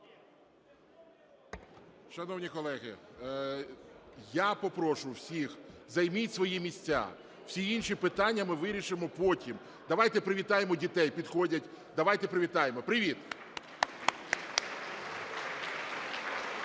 Шановні колеги, я попрошу всіх, займіть свої місця, всі інші питання ми вирішимо потім, давайте привітаємо дітей. Підходять, давайте привітаємо. Привіт! (Оплески)